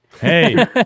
Hey